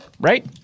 right